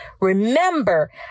Remember